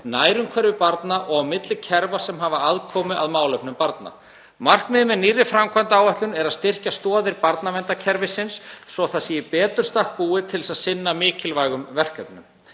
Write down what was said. nærumhverfi barna og milli kerfa sem hafa aðkomu að málefnum barna. Markmiðið með nýrri framkvæmdaáætlun er að styrkja stoðir barnaverndarkerfisins svo það sé betur í stakk búið til að sinna sínum mikilvægu verkefnum.